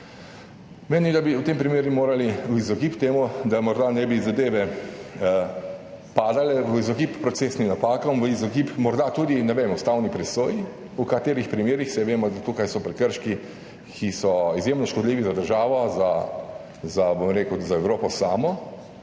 Menim, da bi v tem primeru morali v izogib temu, da morda ne bi zadeve padale, v izogib procesnim napakam, v izogib morda tudi, ne vem, ustavni presoji v določenih primerih, saj vemo, da so tukaj prekrški, ki so izjemno škodljivi za državo, za Evropo, zato